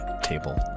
Table